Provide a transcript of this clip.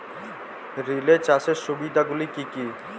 Relay চাষের সুবিধা গুলি কি কি?